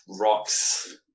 rocks